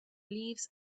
leaves